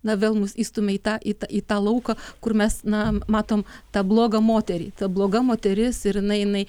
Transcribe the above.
na vėl mus įstūmė į tą į tą į tą lauką kur mes na matom tą blogą moterį ta bloga moteris ir jinai jinai